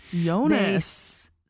Jonas